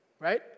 right